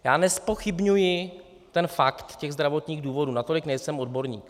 Já nezpochybňuji ten fakt zdravotních důvodů, natolik nejsem odborník.